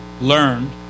learned